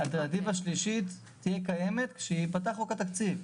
אלטרנטיבה שלישית תהיה קיימת כשייפתח חוק התקציב.